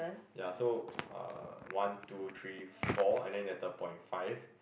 yea so uh one two three four and then there's a point five